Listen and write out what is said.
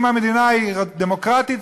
אם המדינה היא דמוקרטית,